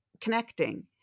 connecting